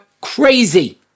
crazy